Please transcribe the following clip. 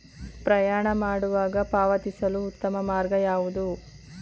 ಪ್ರಯಾಣ ಮಾಡುವಾಗ ಪಾವತಿಸಲು ಉತ್ತಮ ಮಾರ್ಗ ಯಾವುದು?